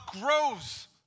grows